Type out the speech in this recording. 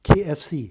K_F_C